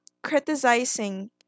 criticizing